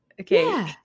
Okay